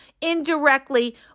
indirectly